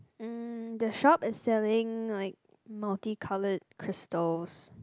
mm the shop is selling like multi coloured crystals